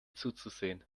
zuzusehen